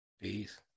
Peace